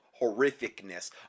horrificness